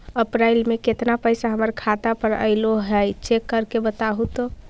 अप्रैल में केतना पैसा हमर खाता पर अएलो है चेक कर के बताहू तो?